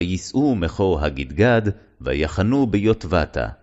ויסעו מחור הגדגד, ויחנו ביוטבתה.